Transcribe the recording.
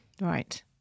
Right